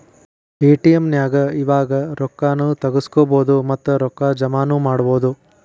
ATM ನ್ಯಾಗ್ ಇವಾಗ ರೊಕ್ಕಾ ನು ತಗ್ಸ್ಕೊಬೊದು ಮತ್ತ ರೊಕ್ಕಾ ಜಮಾನು ಮಾಡ್ಬೊದು